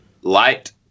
light